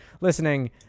listening